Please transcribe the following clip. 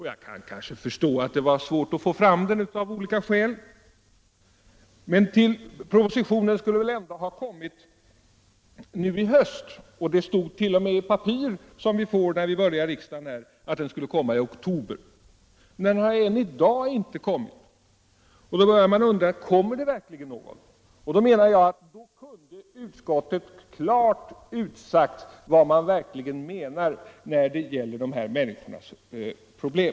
Jag kan kanske förstå att det av olika skäl var svårt att få fram propositionen, men den skulle väl ändå ha kommit nu i höst: det stod 1.0. m. i de papper som vi fick när riksmötet började att den skulle komma i oktober. Ännu i dag har den inte kommit, och då börjar man undra: Kommer det verkligen någon proposition? Därför borde utskottet klart ha utsagt vad det egentligen menar när det gäller de här människornas problem.